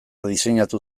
diseinatu